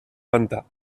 pantà